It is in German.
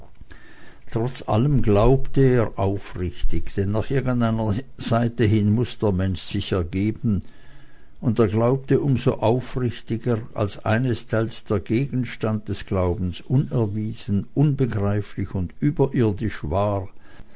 trotz alledem glaubte er aufrichtig denn nach irgendeiner seite hin muß jeder mensch sich ergeben und er glaubte um so aufrichtiger als einesteils der gegenstand des glaubens unerwiesen unbegreiflich und überirdisch war